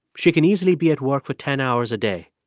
she can easily be at work for ten hours a day.